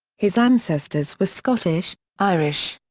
his ancestors were scottish, irish,